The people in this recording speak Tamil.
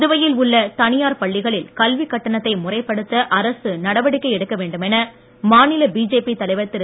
புதுவையில் உள்ள தனியார் பள்ளிகளில் கல்விக் கட்டணத்தை முறைப் படுத்த அரசு நடவடிக்கை எடுக்கவேண்டுமென மாநில பிஜேபி தலைவர் திரு